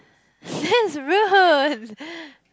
that's rude